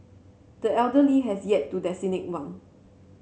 the elder Lee has yet to designate one